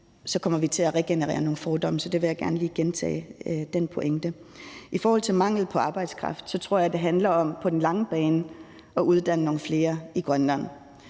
kommer vi til at regenerere nogle fordomme. Så den pointe vil jeg gerne lige gentage. I forhold til mangel på arbejdskraft tror jeg, at det på den lange bane handler om at uddanne nogle flere i Grønland,